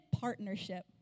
partnership